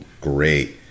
great